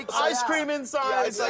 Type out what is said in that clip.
ah ice cream inside.